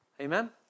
Amen